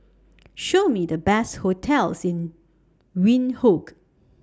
Show Me The Best hotels in Windhoek